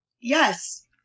yes